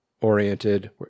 oriented